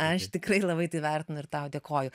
aš tikrai labai tai vertinu ir tau dėkoju